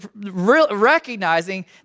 recognizing